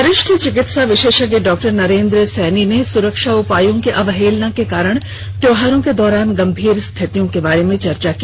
वरिष्ठ चिकित्सा विशेषज्ञ डॉक्टर नरेंद्र सैनी ने सुरक्षा उपायों की अवहेलना के कारण त्योहारों के दौरान गंभीर स्थितियों के बारे में चर्चा की